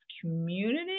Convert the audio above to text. community